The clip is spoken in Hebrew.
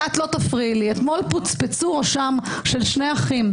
אתמול פוצפצו ראשם של שני אחים.